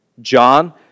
John